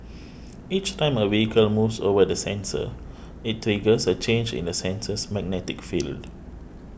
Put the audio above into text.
each time a vehicle moves over the sensor it triggers a change in the sensor's magnetic field